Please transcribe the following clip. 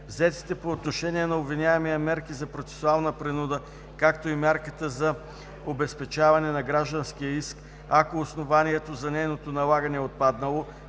Взетите по отношение на обвиняемия мерки за процесуална принуда, както и мярката за обезпечаване на гражданския иск, ако основанието за нейното налагане е отпаднало,